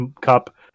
cup